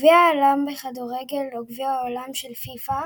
גביע העולם בכדורגל או גביע העולם של פיפ"א.